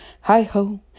hi-ho